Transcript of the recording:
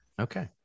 Okay